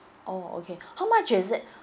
oh okay how much is it